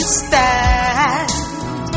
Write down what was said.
stand